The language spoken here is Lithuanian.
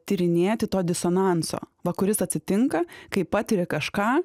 tyrinėti to disonanso va kuris atsitinka kai patiri kažką